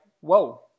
whoa